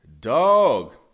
Dog